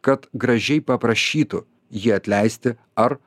kad gražiai paprašytų jį atleisti ar